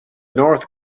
north